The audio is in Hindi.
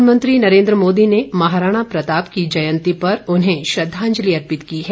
प्रधानमंत्री नरेन्द्र मोदी ने महाराणा प्रताप की जयंती पर उन्हें श्रद्धांजलि अर्पित की है